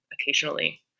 occasionally